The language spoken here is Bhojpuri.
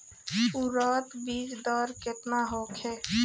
उरद बीज दर केतना होखे?